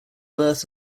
birth